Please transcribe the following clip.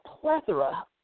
plethora